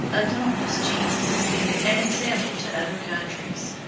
a dauntless genius an example to other countries.